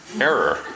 error